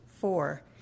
Four